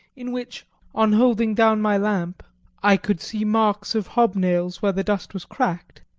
in which on holding down my lamp i could see marks of hobnails where the dust was cracked.